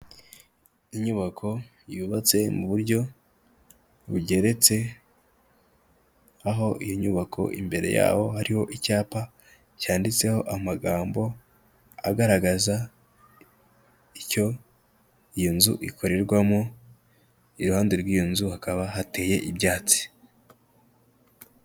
Inyubako yubatse mu buryo bugeretse aho iyo nyubako imbere yaho hariho icyapa cyanditseho amagambo agaragaza icyo iyo nzu ikorerwamo, iruhande rw'iyo nzu hakaba hateye ibyatsi.